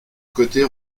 côté